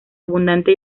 abundante